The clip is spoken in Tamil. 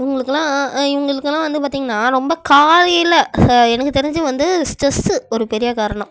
இவங்களுக்கெல்லாம் ஆ இவங்களுக்கெல்லாம் வந்து பார்த்திங்கனா ரொம்ப காலையில் எனக்கு தெரிஞ்சி வந்து ஸ்ட்ரெஸ்ஸு ஒரு பெரிய காரணம்